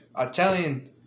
Italian